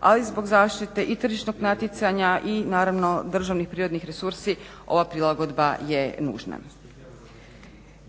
ali zbog zaštite i tržišnog natjecanja i naravno državni prirodni resursi ova prilagodba je nužna.